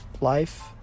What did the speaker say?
life